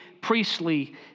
priestly